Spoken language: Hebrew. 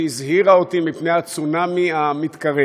שהזהירה אותי מפני הצונאמי המתקרב.